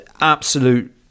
absolute